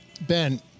Ben